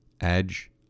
Edge